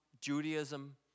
Judaism